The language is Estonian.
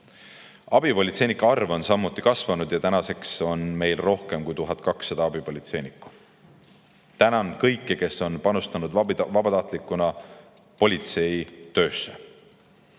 Abipolitseinike arv on samuti kasvanud ja tänaseks on meil rohkem kui 1200 abipolitseinikku. Tänan kõiki, kes on vabatahtlikuna politseitöösse